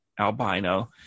albino